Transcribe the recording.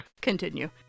Continue